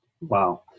Wow